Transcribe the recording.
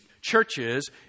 churches